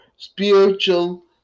spiritual